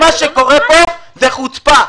מה שקורה פה זו חוצפה.